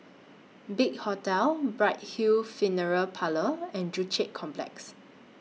Big Hotel Bright Hill Funeral Parlour and Joo Chiat Complex